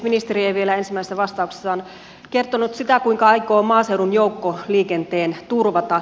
ministeri ei vielä ensimmäisessä vastauksessaan kertonut sitä kuinka aikoo maaseudun joukkoliikenteen turvata